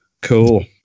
Cool